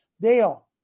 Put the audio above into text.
Dale